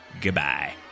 Goodbye